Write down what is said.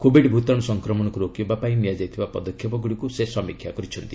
Covid ଭୂତାଣୁ ସଂକ୍ରମଶକୁ ରୋକିବା ପାଇଁ ନିଆଯାଇଥିବା ପଦକ୍ଷେପଗୁଡ଼ିକୁ ସେ ସମୀକ୍ଷା କରିଚ୍ଚନ୍ତି